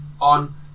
on